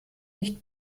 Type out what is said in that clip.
nicht